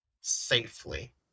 safely